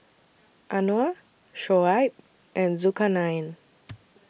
Anuar Shoaib and Zulkarnain